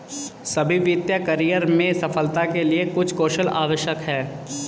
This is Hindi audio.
सभी वित्तीय करियर में सफलता के लिए कुछ कौशल आवश्यक हैं